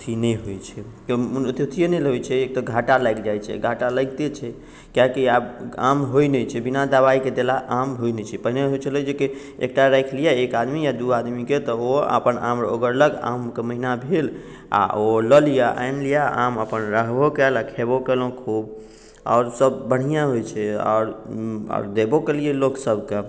अथी नहि होइत छै मोन ओतेक अथीए नहि लगैत छै एक तऽ घाटा लागि जाइत छै घाटा लगिते छै कियाकि आब आम होइत नहि छै जे बिना दबाइके देलहा आम होइत नहि छै पहिने होइत छलै कि एकटा राखि लिअ एक आदमी आ दू आदमीके तऽ ओ अपन आम ओगरलक आमके महीना भेल आ ओ लऽ लिअ आनि लिअ आम अपन रहबो कैल आ खेबो केलहुँ खूब आओर सभ बढ़िआँ होइत छै आओर देबो केलियै लोकसभकेँ